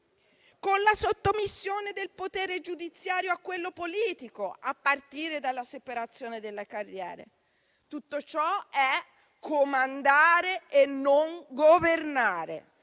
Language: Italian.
alla sottomissione del potere giudiziario a quello politico, a partire dalla separazione delle carriere. Tutto ciò è comandare e non governare,